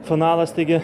finalas taigi